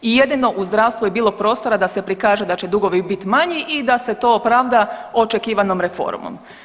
I jedino u zdravstvu je bilo prostora da se prikaže da će dugovi biti manji i da se to opravda očekivanom reformom.